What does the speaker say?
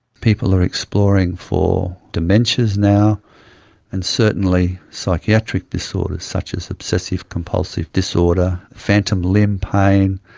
people are exploring for dementias now and certainly psychiatric disorders such as obsessive compulsive disorder, phantom limb pain.